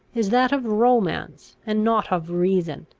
is that of romance, and not of reason.